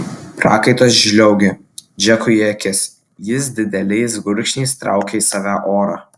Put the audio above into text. prakaitas žliaugė džekui į akis jis dideliais gurkšniais traukė į save orą